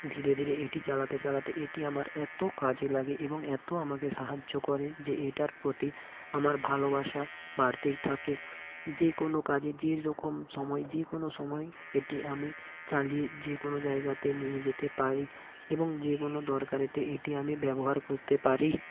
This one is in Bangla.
ধীরে ধীরে এটি চালাতে চালাতে এটি আমার এত্ৎ কাজে লাগে এবং এত আমাকে সাহায্য করে যে এটার প্রতি আমার ভালোবাসা বাড়তেই থাকে যে কোনো কাজে যে রকম সময়ে যে কোনো সময়ে এটি আমি চালিয়ে যে কোনো জায়গাতে নিয়ে যেতে পারি এবং যে কোনো দরকারেতে এটি আমি ব্যবহার করতে পারি